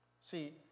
See